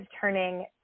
turning